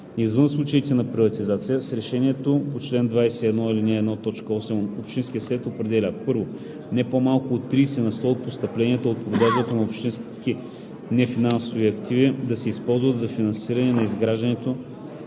извън случаите на приватизация, с решението по чл. 21, ал. 1, т. 8 общинският съвет определя: 1. не по-малко от 30 на сто от постъпленията от продажбата на общински нефинансови активи да се използват за финансиране на изграждането,